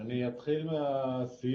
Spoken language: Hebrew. אני אתחיל מהסיום.